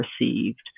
received